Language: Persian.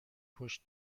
پشت